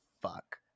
fuck